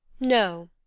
no,